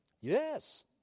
Yes